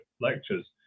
lectures